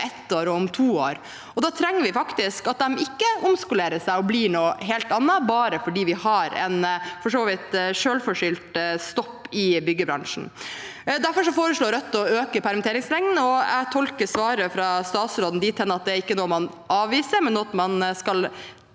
ett år og om to år. Da trenger vi faktisk at de ikke omskolerer seg og blir noe helt annet, bare fordi vi har en – for så vidt selvforskyldt – stopp i byggebransjen. Derfor foreslår Rødt å øke permitteringsperioden, og jeg tolker svaret fra statsråden dit hen at det ikke er noe man avviser, men noe man skal